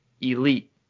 elite